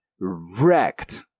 wrecked